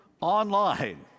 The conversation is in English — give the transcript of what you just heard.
online